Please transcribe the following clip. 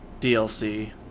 DLC